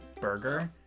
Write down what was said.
burger